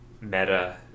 meta